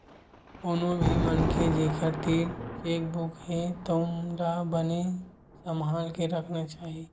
कोनो भी मनखे जेखर तीर चेकबूक हे तउन ला बने सम्हाल के राखना चाही